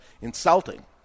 insulting